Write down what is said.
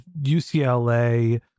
UCLA